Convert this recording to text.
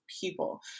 people